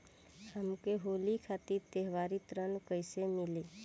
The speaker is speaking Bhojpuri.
हमके होली खातिर त्योहारी ऋण कइसे मीली?